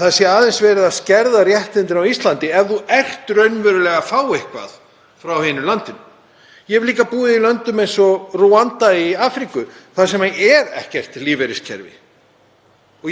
það sé aðeins verið að skerða réttindi á Íslandi ef viðkomandi fær raunverulega eitthvað frá hinu landinu. Ég hef líka búið í löndum eins og Rúanda í Afríku þar sem er ekkert lífeyriskerfi.